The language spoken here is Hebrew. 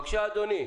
בבקשה אדוני.